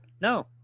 No